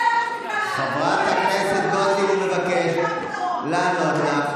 חברת הכנסת גוטליב, הוא מבקש לענות לך.